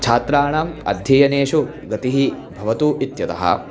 छात्राणाम् अध्ययनेषु गतिः भवतु इत्यतः